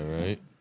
right